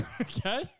okay